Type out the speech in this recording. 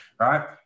right